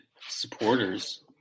supporters